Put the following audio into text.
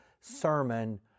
sermon